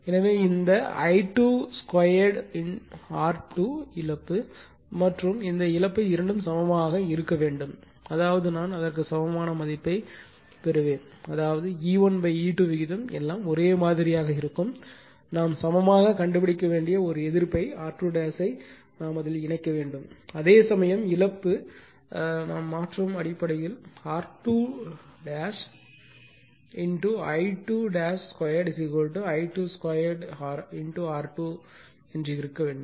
எனவே இந்த I2 2 R2 இழப்பு மற்றும் இந்த இழப்பு இரண்டும் சமமாக இருக்க வேண்டும் அதாவது நான் அதற்கு சமமான மதிப்பைப் பெறுவேன் அதாவது E1 E2 விகிதம் எல்லாம் ஒரே மாதிரியாக இருக்கும் நாம் சமமாக கண்டுபிடிக்க வேண்டிய ஒரு எதிர்ப்பை R2 செருக வேண்டும் அதேசமயம் இழப்பு நாம் மாற்றும் அடிப்படையில் R2 I2 2 I2 2 R2 மட்டுமே இருக்க வேண்டும்